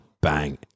Bang